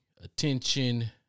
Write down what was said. attention